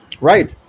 right